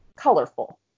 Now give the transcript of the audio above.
Colorful